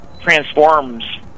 transforms